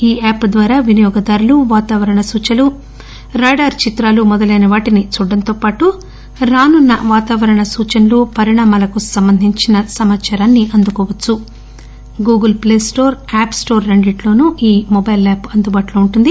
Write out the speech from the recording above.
ఈ యాప్ ద్వారా వినియోగదారులు వాతావరణ సూచనలు రాడార్ చిత్రాలు మొదలైన వాటిని చూడడంతో పాటు రానున్న వాతావరణ సూచనలు పరిణామాలకు సంబంధించి సూచనలు అందుకోవచ్చు Google play store app store రెండింటిలోనూ ఈ మొబైల్ యాప్ అందుబాటులో ఉంది